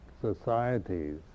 societies